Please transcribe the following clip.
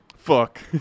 Fuck